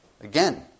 Again